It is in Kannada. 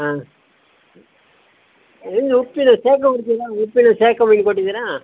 ಹಾಂ ನಿನ್ನೆ ಉಪ್ಪಿನ ಉಪ್ಪಿನ ಶಾಖ ಬಗ್ಗೆ ಕೊಟ್ಟಿದ್ದೀರಾ